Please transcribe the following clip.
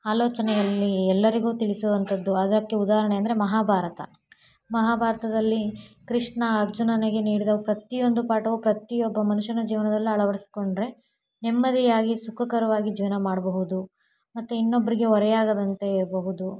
ಆಲೋಚನೆಯಲ್ಲಿ ಎಲ್ಲರಿಗೂ ತಿಳಿಸುವಂಥದ್ದು ಅದಕ್ಕೆ ಉದಾಹರಣೆ ಅಂದರೆ ಮಹಾಭಾರತ ಮಹಾಭಾರತದಲ್ಲಿ ಕೃಷ್ಣ ಅರ್ಜುನನಿಗೆ ನೀಡಿದ ಪ್ರತಿಯೊಂದು ಪಾಠವು ಪ್ರತಿಯೊಬ್ಬ ಮನುಷ್ಯನ ಜೀವನದಲ್ಲಿ ಅಳವಡಿಸ್ಕೊಂಡ್ರೆ ನೆಮ್ಮದಿಯಾಗಿ ಸುಖಕರವಾಗಿ ಜೀವನ ಮಾಡಬಹುದು ಮತ್ತು ಇನ್ನೊಬ್ಬರಿಗೆ ಹೊರೆಯಾಗದಂತೆ ಇರಬಹುದು